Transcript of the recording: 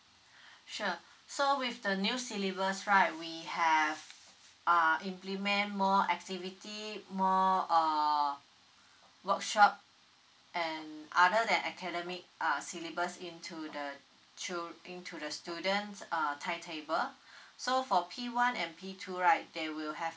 sure so with the new syllabus right we have uh implement more activity more uh workshop and other than academic uh syllabus into the chil~ into the students' uh timetable so for p one and p two right they will have